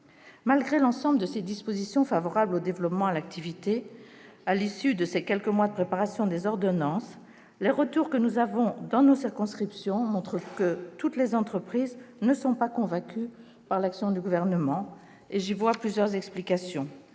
Malgré toutes ces dispositions favorables au développement de l'activité, à l'issue de ces quelques mois de préparation des ordonnances, les retours du terrain dans nos circonscriptions montrent que les entreprises ne sont toutes convaincues par l'action du Gouvernement. J'y vois plusieurs explications.